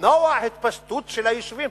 למנוע התפשטות של היישובים.